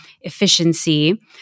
efficiency